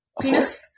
penis